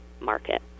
market